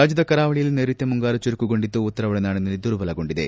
ರಾಜ್ಞದ ಕರಾವಳಿಯಲ್ಲಿ ನೈರುತ್ತ ಮುಂಗಾರು ಚುರುಕುಗೊಂಡಿದ್ದು ಉತ್ತರ ಒಳನಾಡಿನಲ್ಲಿ ದುರ್ಬಲಗೊಂಡಿದೆ